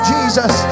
Jesus